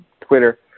Twitter